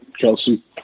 Kelsey